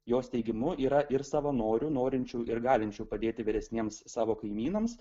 jos teigimu yra ir savanorių norinčių ir galinčių padėti vyresniems savo kaimynams